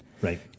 right